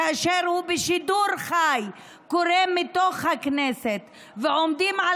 כאשר הוא קורה בשידור חי מתוך הכנסת עומדים על